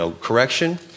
correction